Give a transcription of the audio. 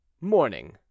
Morning